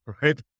right